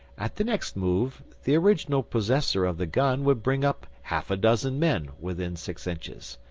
at the next move the original possessor of the gun would bring up half a dozen men within six inches.